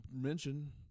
mention